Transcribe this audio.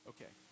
Okay